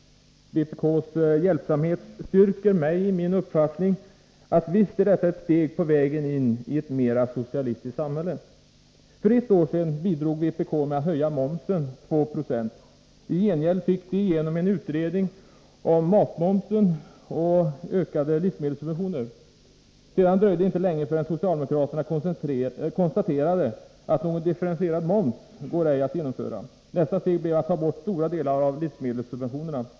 Vpk:s hjälpsamhet styrker mig i min uppfattning att detta visst är ett steg på vägen in i ett mera socialistiskt samhälle. För ett år sedan bidrog vpk med att höja momsen 2 26, och i gengäld fick de igenom en utredning om matmomsen och ökade livsmedelssubventioner. Sedan dröjde det inte länge förrän socialdemokraterna konstaterade att någon differentierad moms ej går att genomföra. Nästa steg blev att ta bort stora delar av livsmedelssubventionerna.